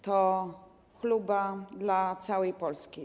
To chluba dla całej Polski.